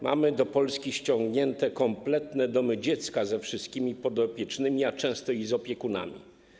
Mamy do Polski ściągnięte kompletne domy dziecka ze wszystkimi podopiecznymi, a często i z opiekunami.